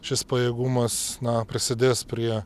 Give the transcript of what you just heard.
šis pajėgumas na prisidės prie